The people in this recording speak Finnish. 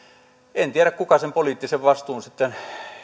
en tiedä kuka sen poliittisen vastuun sitten